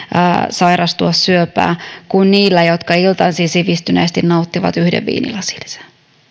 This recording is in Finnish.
sairastua syöpään kuin niillä jotka iltaisin sivistyneesti nauttivat yhden viinilasillisen